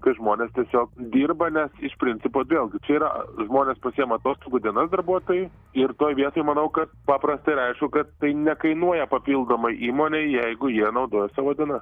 kai žmonės tiesiog dirba nes iš principo vėlgi čia yra žmonės pasiima atostogų dienas darbuotojui ir toj vietoj manau kad paprasta ir aišku kad tai nekainuoja papildomai įmonei jeigu jie naudoja savo dienas